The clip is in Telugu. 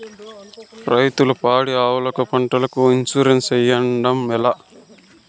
రైతులు పాడి ఆవులకు, పంటలకు, ఇన్సూరెన్సు సేయడం ఎట్లా?